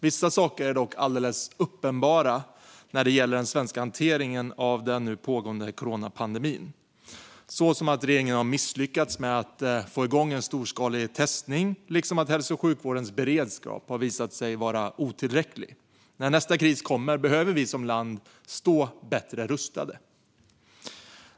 Vissa saker är dock alldeles uppenbara när det gäller den svenska hanteringen av den pågående coronapandemin, som att regeringen misslyckats med att få igång storskalig testning liksom att hälso och sjukvårdens beredskap varit otillräcklig. När nästa kris kommer behöver vi som land stå bättre rustade.